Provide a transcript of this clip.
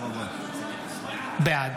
בעד